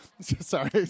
Sorry